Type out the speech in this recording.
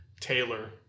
Taylor